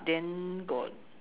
then got